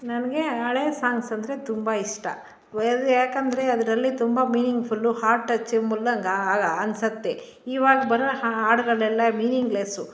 ನನಗೆ ಹಳೆ ಸಾಂಗ್ಸ್ ಅಂದರೆ ತುಂಬ ಇಷ್ಟ ಏಕೆಂದ್ರೆ ಅದರಲ್ಲಿ ತುಂಬ ಮೀನಿಂಗ್ಫುಲ್ಲು ಹಾರ್ಟ್ ಟಚ್ ಅನ್ಸುತ್ತೆ ಇವಾಗ ಬರೋ ಹಾಡುಗಳೆಲ್ಲ ಮೀನಿಂಗ್ಲೆಸ್ಸು